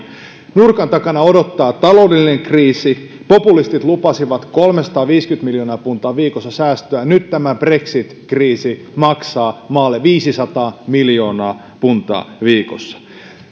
nurkan takana odottaa taloudellinen kriisi populistit lupasivat kolmesataaviisikymmentä miljoonaa puntaa viikossa säästöä nyt tämä brexit kriisi maksaa maalle viisisataa miljoonaa puntaa viikossa